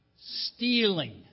stealing